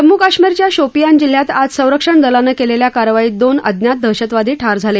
जम्मू कश्मीरच्या शोपियान जिल्ह्यात आज संरक्षण दलानं केलेल्या कारवाईत दोन अज्ञात दहशतवादी ठार झाले